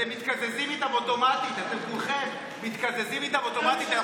אתם כולכם מתקזזים איתם אוטומטית.